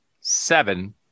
seven